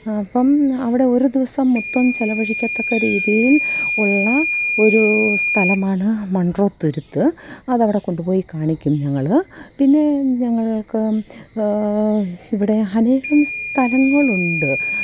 അപ്പം അവിടെ ഒരു ദിവസം മൊത്തം ചിലവഴിക്കത്തക്ക രീതിയില് ഉള്ള ഒരു സ്ഥലമാണ് മണ്രോത്തുരുത്ത് അതവിടെ കൊണ്ടുപോയി കാണിക്കും ഞങ്ങൾ പിന്നെ ഞങ്ങള്ക്ക് ഇവിടെ അനേകം സ്ഥലങ്ങളുണ്ട്